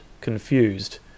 confused